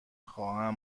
خواهم